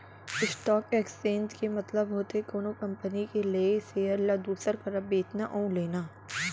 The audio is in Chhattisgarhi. स्टॉक एक्सचेंज के मतलब होथे कोनो कंपनी के लेय सेयर ल दूसर करा बेचना अउ लेना